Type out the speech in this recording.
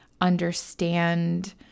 understand